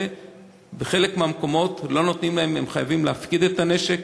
בחלק מהמקומות הם חייבים להפקיד את הנשק,